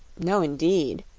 no indeed,